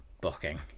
booking